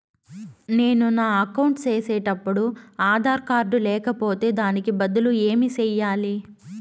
నేను నా అకౌంట్ సేసేటప్పుడు ఆధార్ కార్డు లేకపోతే దానికి బదులు ఏమి సెయ్యాలి?